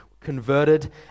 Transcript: converted